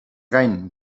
gain